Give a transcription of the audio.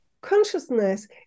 consciousness